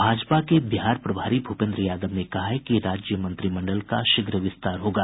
भाजपा के बिहार प्रभारी भूपेन्द्र यादव ने कहा है कि राज्य मंत्रिमंडल का शीघ्र विस्तार होगा